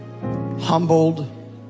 humbled